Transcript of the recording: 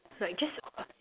like just